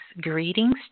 Greetings